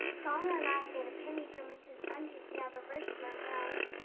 donald and i get a penny from mrs. mundy if we have our verse memorized.